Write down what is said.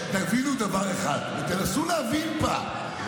תבינו דבר אחד, ותנסו להבין פעם.